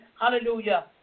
hallelujah